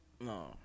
No